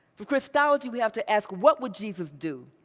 for christology, we have to ask what would jesus do,